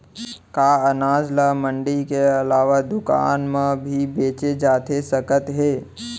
का अनाज ल मंडी के अलावा दुकान म भी बेचे जाथे सकत हे?